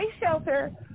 shelter